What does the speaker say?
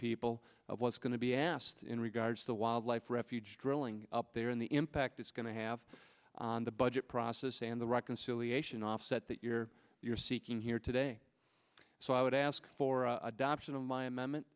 people of what's going to be asked in regards to wildlife refuge drilling up there in the impact it's going to have the budget process and the reconciliation offset that you're you're seeking here today so i would ask for adoption of my amendment